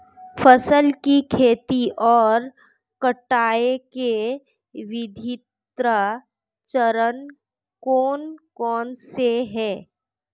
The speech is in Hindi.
फसल की खेती और कटाई के विभिन्न चरण कौन कौनसे हैं?